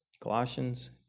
Colossians